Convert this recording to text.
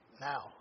now